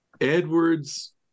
Edwards